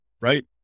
Right